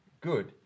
Good